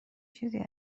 چیزی